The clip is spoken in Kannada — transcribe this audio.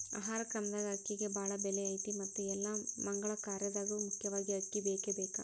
ಆಹಾರ ಕ್ರಮದಾಗ ಅಕ್ಕಿಗೆ ಬಾಳ ಬೆಲೆ ಐತಿ ಮತ್ತ ಎಲ್ಲಾ ಮಗಳ ಕಾರ್ಯದಾಗು ಮುಖ್ಯವಾಗಿ ಅಕ್ಕಿ ಬೇಕಬೇಕ